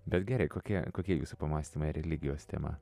bet gerai kokie kokie jūsų pamąstymai religijos tema